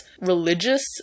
religious